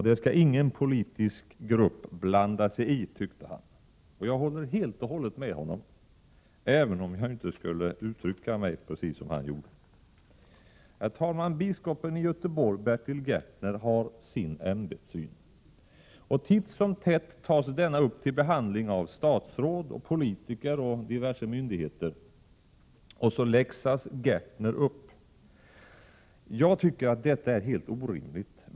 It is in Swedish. Det skall ingen politisk grupp lägga sig i, tyckte han. Jag håller helt och hållet med honom, även om jag inte skulle uttrycka mig precis som han gjorde. Herr talman! Biskopen i Göteborg, Bertil Gärtner, har sin ämbetssyn. Titt som tätt tas denna upp till behandling av statsråd, politiker och diverse myndigheter, och så läxas Gärtner upp. Jag tycker att detta är helt orimligt.